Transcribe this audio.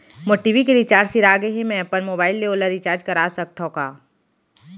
मोर TV के recharge सिरा गे हे, मैं अपन मोबाइल ले ओला रिचार्ज करा सकथव का?